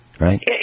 right